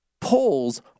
Polls